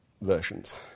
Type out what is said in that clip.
versions